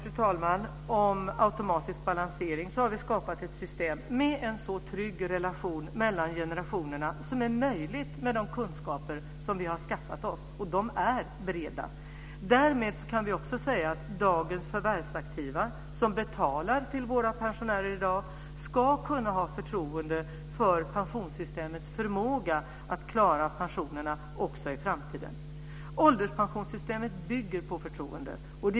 Genom förslaget om automatisk balansering har vi skapat ett system med en så trygg relation mellan generationerna som är möjlig med de kunskaper som vi har skaffat oss. Därmed kan vi också säga att dagens förvärvsaktiva som betalar till våra pensionärer i dag ska kunna ha förtroende för pensionssystemets förmåga att klara pensionerna också i framtiden. Ålderspensionssystemet bygger på förtroende.